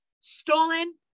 stolen